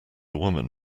woman